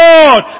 Lord